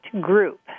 Group